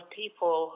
people